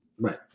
right